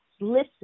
listen